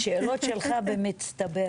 השאלות שלך במצטבר.